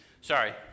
Sorry